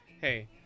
hey